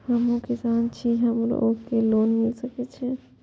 हमू किसान छी हमरो के लोन मिल सके छे?